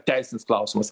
teisinis klausimas